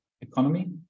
economy